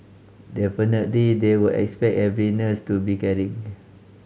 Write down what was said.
definitely they will expect every nurse to be caring